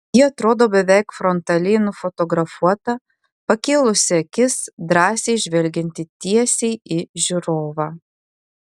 ji atrodo beveik frontaliai nufotografuota pakėlusi akis drąsiai žvelgianti tiesiai į žiūrovą